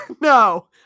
no